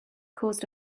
caused